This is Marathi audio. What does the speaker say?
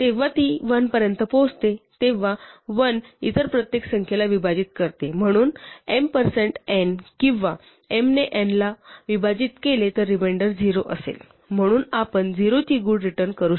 जेव्हा ती 1 पर्यंत पोहोचते तेव्हा 1 इतर प्रत्येक संख्येला विभाजित करते म्हणून m percent n किंवा m ने n ला विभाजित केले तर रिमेंडर 0 असेल म्हणून आपण 0 ची gcd रिटर्न करू